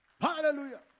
Hallelujah